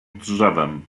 drzewem